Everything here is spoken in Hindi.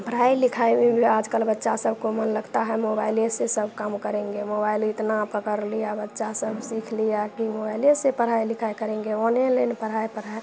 पढ़ाई लिखाई में भी आजकल बच्चा सबको मन लगता है मोबाइले से सब काम करेंगे मोबाइल इतना पकड़ लिया बच्चा सब सीख लिया कि मोबाइले से पढ़ाई लिखाई करेंगे ओनेलाइन पढ़ाई पढ़ाई